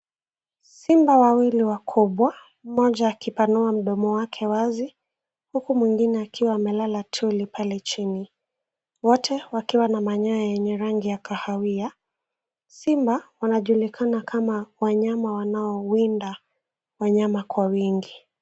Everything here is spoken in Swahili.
Simba wawili wakubwa mmoja akipanua mdomo wake wazi huku mwingine akiwa amelala tuli pale chini wote wakiwa na manyoya yenye rangi ya kahawia simba wanajulikana kama wanyama wanaowinda wanyama kwa wingi.